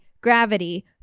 gravity